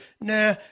Nah